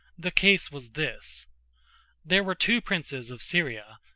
the case was this there were two princes of syria,